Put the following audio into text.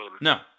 No